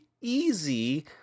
easy